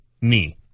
knee